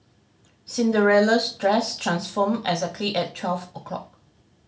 Cinderella's dress transformed exactly at twelve o'clock